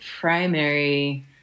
primary